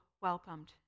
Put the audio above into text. welcomed